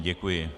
Děkuji.